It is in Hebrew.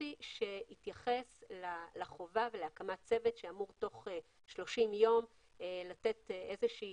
ספציפי לחובה בהקמת צוות שאמור תוך 30 ימים לתת איזושהי